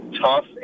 tough